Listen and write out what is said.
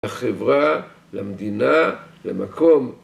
לחברה, למדינה, למקום, למדינה.